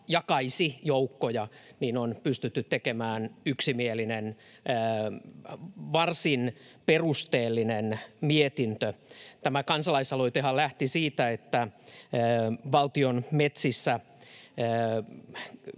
jakaisi joukkoja, on pystytty tekemään yksimielinen, varsin perusteellinen mietintö. Tämä kansalaisaloitehan lähti siitä, että valtion metsissä